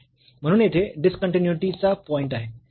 म्हणून येथे डिसकन्टीन्यूईटीचा पॉईंट आहे